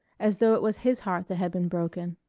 as though it was his heart that had been broken.